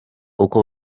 uko